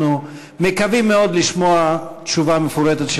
אנחנו מקווים מאוד לשמוע תשובה מפורטת של